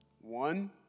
One